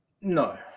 No